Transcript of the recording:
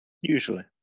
Usually